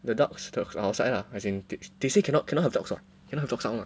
the dogs dogs outside ah as in they say cannot cannot have dogs [what] cannot have dog sound sound [what]